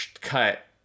cut